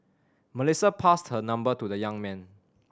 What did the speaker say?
Melissa passed her number to the young man